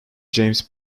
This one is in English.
james